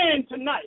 tonight